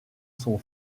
son